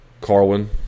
Carwin